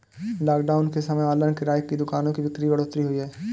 lockdown के समय online किराने की दुकानों की बिक्री में बढ़ोतरी हुई है